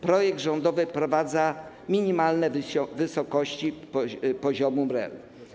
Projekt rządowy wprowadza minimalne wysokości poziomu MREL.